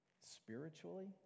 spiritually